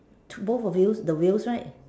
two both the wheels the wheels right